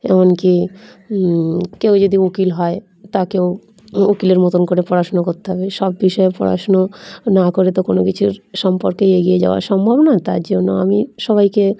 এমন কি কেউ যদি উকিল হয় তাকেও উকিলের মতন করে পড়াশুনো করতে হবে সব বিষয়ে পড়াশুনো না করে তো কোনো কিছুর সম্পর্কে এগিয়ে যাওয়া সম্ভব না তার জন্য আমি সবাইকে